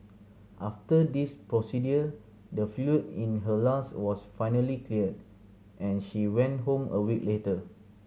after this procedure the fluid in her lungs was finally cleared and she went home a week later